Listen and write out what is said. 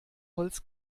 holz